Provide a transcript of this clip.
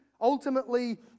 ultimately